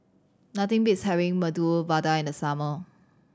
nothing beats having Medu Vada in the summer